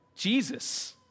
Jesus